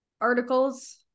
articles